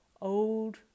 Old